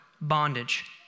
bondage